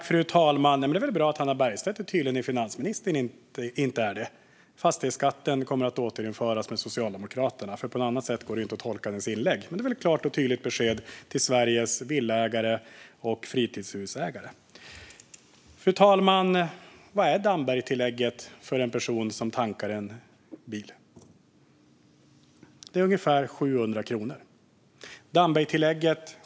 Fru talman! Det är väl bra att Hannah Bergstedt är tydlig när finansministern inte är det. Fastighetsskatten kommer att återinföras med Socialdemokraterna. På något annat sätt går det inte att tolka hennes inlägg. Men det är ett klart och tydligt besked till Sveriges villaägare och fritidshusägare. Fru talman! Vad innebär Dambergtillägget för en person som tankar en bil? Det innebär ungefär 700 kronor.